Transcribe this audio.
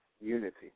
unity